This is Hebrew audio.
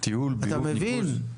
אתה מבין?